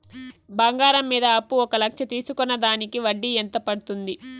బంగారం మీద అప్పు ఒక లక్ష తీసుకున్న దానికి వడ్డీ ఎంత పడ్తుంది?